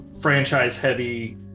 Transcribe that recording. Franchise-heavy